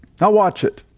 now watch it.